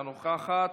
אינה נוכחת.